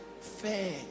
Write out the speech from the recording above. Fair